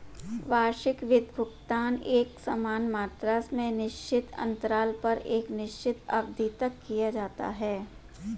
वार्षिक वित्त भुगतान एकसमान मात्रा में निश्चित अन्तराल पर एक निश्चित अवधि तक किया जाता है